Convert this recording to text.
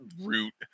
root